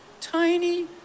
tiny